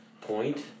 point